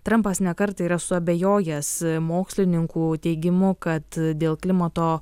trampas ne kartą yra suabejojęs mokslininkų teigimu kad dėl klimato